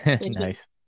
Nice